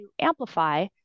amplify